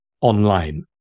online